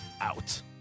out